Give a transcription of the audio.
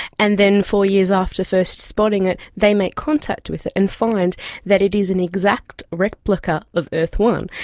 and then four years after first spotting it they make contact with it and find that it is an exact replica of earth one,